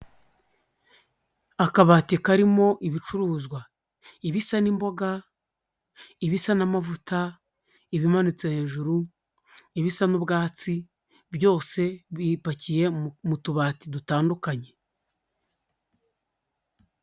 Akabati karimo ibicuruzwa ibisa n'imboga, ibisa n'amavuta, ibimanitse hejuru, ibisa n'ubwatsi byose bipakiye mu tubati dutandukanye.